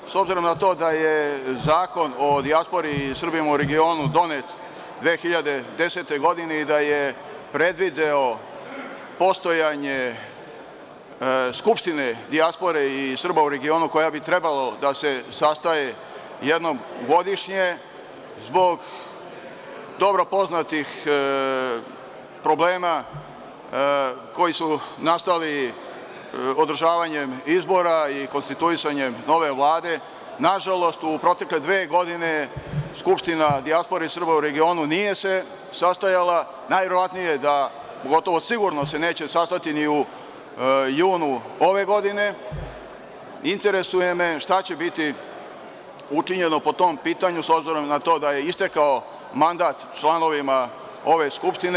Takođe, s obzirom na to da je Zakon o dijaspori i Srbima u regionu donet 2010. godine i da je predvideo postojanje Skupštine dijaspore i Srba u regionu, koja bi trebalo da se sastaje jednom godišnje, zbog dobro poznatih problema, koji su nastali održavanjem izbora i konstituisanjem nove Vlade, nažalost u protekle dve godine Skupština dijaspore i Srba u regionu nije se sastajala, najverovatnije da, gotovo sigurno se neće sastati ni u junu ove godina, interesuje me - šta će biti učinjeno po tom pitanju s obzirom na to da je istekao mandat članovima ove Skupštine?